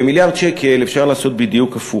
במיליארד שקל אפשר לעשות בדיוק הפוך,